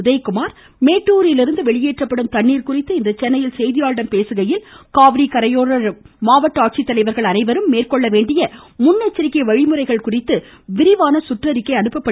உதயகுமார் மேட்டூரிலிருந்து வெளியேற்றப்படும் தண்ணீர் குறித்து இன்று சென்னையில் செய்தியாளர்களிடம் பேசுகையில் காவிரி கரையோர மாவட்ட ஆட்சித்தலைவர்கள் அனைவருக்கும் மேற்கொள்ள வேண்டிய வழிமுறைகள் குறித்து விரிவான சுற்றறிக்கை அனுப்பப்பட்டுள்ளதாக குறிப்பிட்டார்